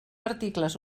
articles